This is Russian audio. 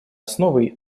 основой